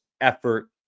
effort